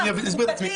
אסביר את עצמי.